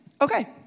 Okay